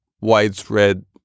widespread